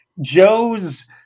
Joe's